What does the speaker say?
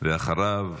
ואחריו,